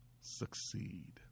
succeed